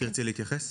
תרצי להתייחס?